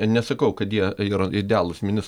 nesakau kad jie yra idealūs ministrai